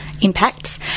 Impacts